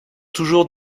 toujours